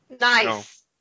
Nice